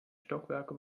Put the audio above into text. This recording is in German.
stockwerke